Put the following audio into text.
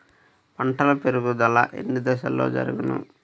పంట పెరుగుదల ఎన్ని దశలలో జరుగును?